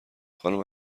خانم